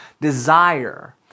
Desire